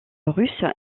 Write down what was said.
russe